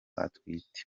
atwite